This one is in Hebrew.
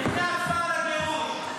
כשהייתה הצבעה על הגירוש.